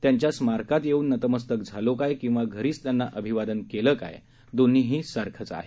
त्यांच्या स्मारकात येऊन नतमस्तक झालो काय किंवा घरीच त्यांना अभिवादन केलं काय दोन्हीही सारखंच आहे